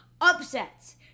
upsets